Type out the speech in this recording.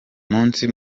munsi